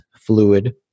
fluid